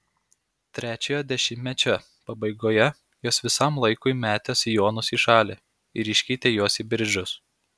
trečiojo dešimtmečio pabaigoje jos visam laikui metė sijonus į šalį ir iškeitė juos į bridžus